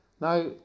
Now